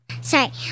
Sorry